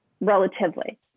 relatively